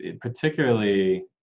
particularly